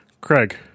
Craig